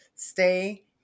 stay